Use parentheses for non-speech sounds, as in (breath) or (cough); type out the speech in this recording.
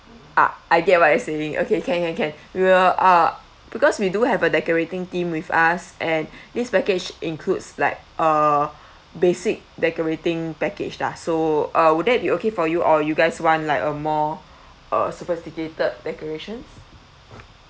ah I get what you're saying okay can can can we will uh because we do have a decorating team with us and (breath) this package includes like a (breath) basic decorating package lah so uh would that be okay for you or you guys want like a more uh sophisticated decorations